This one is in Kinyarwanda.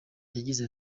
yagize